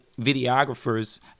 videographers